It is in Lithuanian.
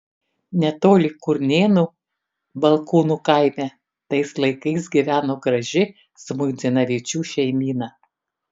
netoli kurnėnų balkūnų kaime tais laikais gyveno graži žmuidzinavičių šeimyna